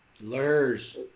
Lurs